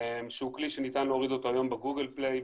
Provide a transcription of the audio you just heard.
שהוא כלי שניתן להוריד אותו היום ב- Google play,